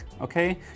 okay